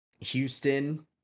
Houston